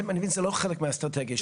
אני מבין שזה לא חלק מהאסטרטגיה שלכם.